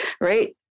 right